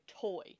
toy